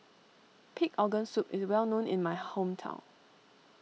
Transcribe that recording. Pig Organ Soup is well known in my hometown